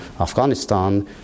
Afghanistan